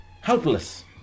helpless